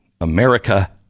America